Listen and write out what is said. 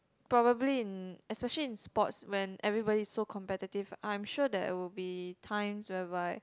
probably in especially in sports when everybody is so competitive I'm sure there will be times whereby